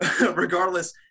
regardless